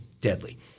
deadly